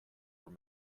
have